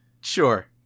Sure